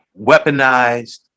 weaponized